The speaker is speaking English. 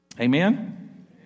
Amen